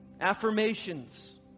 affirmations